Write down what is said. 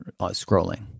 scrolling